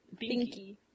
Binky